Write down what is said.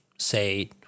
Say